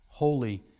Holy